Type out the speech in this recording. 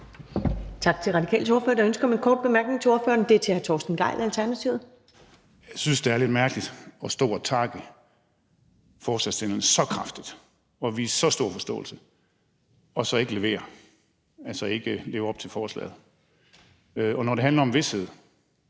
Tak til Radikales ordfører. Der er ønske om en kort bemærkning til ordføreren fra hr. Torsten Gejl, Alternativet. Kl. 13:13 Torsten Gejl (ALT): Jeg synes, det er lidt mærkeligt at stå at takke forslagsstillerne så kraftigt og vise så stor forståelse og så ikke levere, altså ikke leve op til det, der står i forslaget. Når det handler om vished,